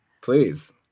Please